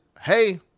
hey